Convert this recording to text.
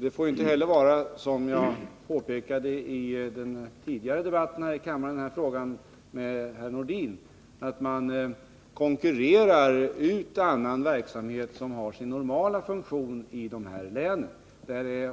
Det får inte heller vara så som jag påpekade i en tidigare debatt här i kammaren med herr Nordin, alltså att man konkurrerar ut annan verksamhet som har sin normala funktion i dessa län.